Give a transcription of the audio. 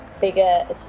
bigger